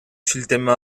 шилтеме